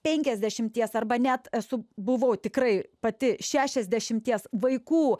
penkiasdešimties arba net esu buvau tikrai pati šešiasdešimties vaikų